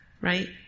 Right